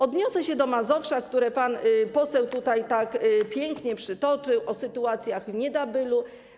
Odniosę się do Mazowsza, które pan poseł tutaj tak pięknie przywołał, mówił o sytuacji w Niedabylu.